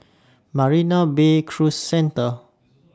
Marina Bay Cruise Centre